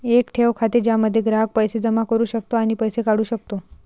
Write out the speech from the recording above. एक ठेव खाते ज्यामध्ये ग्राहक पैसे जमा करू शकतो आणि पैसे काढू शकतो